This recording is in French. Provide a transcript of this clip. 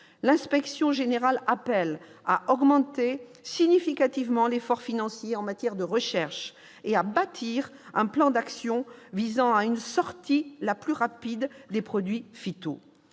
L'inspection générale appelle à augmenter significativement l'effort financier en matière de recherche et à bâtir « un plan d'action visant à une sortie la plus rapide des produits phytos